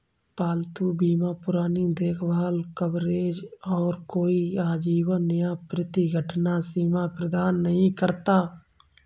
पालतू बीमा पुरानी देखभाल कवरेज और कोई आजीवन या प्रति घटना सीमा प्रदान नहीं करता